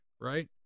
right